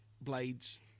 Blades